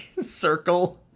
circle